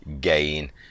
gain